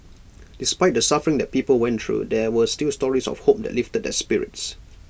despite the suffering that people went through there were still stories of hope that lifted their spirits